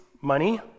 money